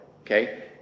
okay